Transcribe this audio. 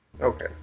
Okay